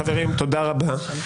חברים, תודה רבה.